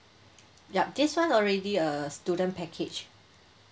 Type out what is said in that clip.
yup this one already a student package